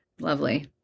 Lovely